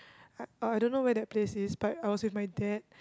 I I don't know where that place is but I was with my dad